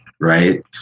right